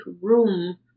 room